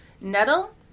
Nettle